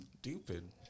stupid